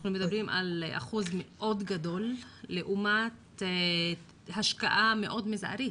אנחנו מדברים על אחוז מאוד גבוה לעומת השקעה מזערית.